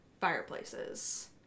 fireplaces